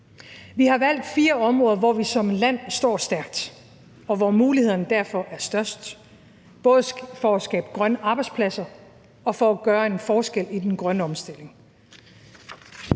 Vi har valgt fire områder, hvor vi som land står stærkt, og hvor mulighederne derfor er størst, både for at skabe grønne arbejdspladser og for at gøre en forskel i den grønne omstilling.